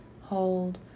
Hold